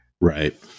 Right